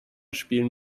spielen